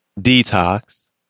Detox